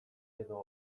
edo